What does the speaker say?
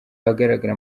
ahagaragara